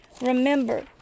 Remember